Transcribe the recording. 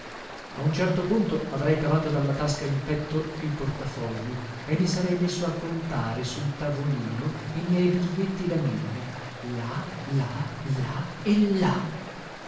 a un certo punto avrei cavato dalla tasca in petto il portafogli e mi sarei messo a contare sul tavolino i miei biglietti da mille là là là e là